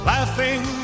Laughing